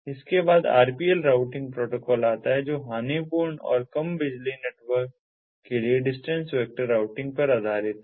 इसके बाद RPL routing protocol आता है जो हानिपूर्ण और कम बिजली नेटवर्क के लिए डिस्टेंस वेक्टर राउटिंग पर आधारित है